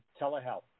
telehealth